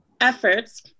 efforts